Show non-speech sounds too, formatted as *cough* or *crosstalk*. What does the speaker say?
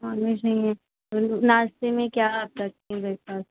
non veg नहीं है तो नाश्ते में क्या आता *unintelligible* ब्रेकफास्ट